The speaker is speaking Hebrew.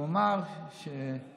הוא אמר שהוא